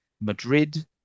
Madrid